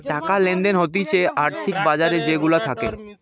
টাকা লেনদেন হতিছে আর্থিক বাজার যে গুলা থাকে